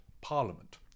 parliament